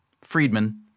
Friedman